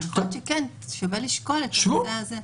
אבל שווה לשקול את הנושא הזה.